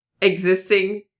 existing